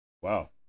Wow